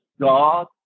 God